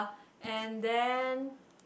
and then